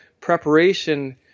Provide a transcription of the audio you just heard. preparation